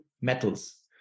metals